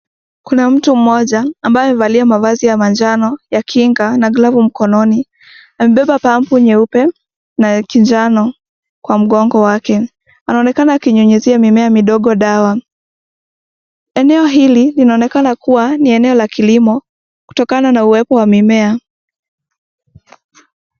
Kuna mtu mmoja ambaye amevalia mavazi ya majano ya kinga na glavu mkononi, amebeba pampu nyeupe na ya kijano kwa mgongo wake , anaonekana akinyunyizia mimea midogo dawa ,eneo hili linaonekana kuwa ni eneo la kilimo kutokana na uwepo wa mimea.